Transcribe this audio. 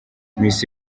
miss